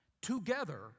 together